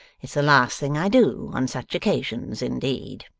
it's the last thing i do on such occasions, indeed